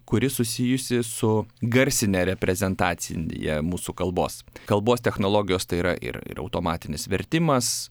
kuri susijusi su garsine reprezentacinja mūsų kalbos kalbos technologijos tai yra ir ir automatinis vertimas